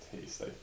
taste